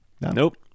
Nope